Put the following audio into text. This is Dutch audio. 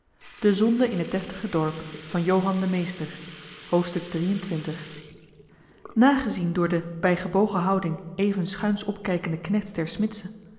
de zonde in het deftige dorp drie en twintigste hoofdstuk nagezien door de bij gebogen houding even schuins opkijkende knechts der smidse